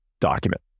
document